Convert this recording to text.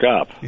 up